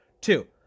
Two